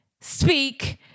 speak